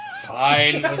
Fine